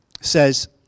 says